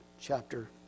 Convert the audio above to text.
chapter